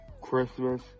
Christmas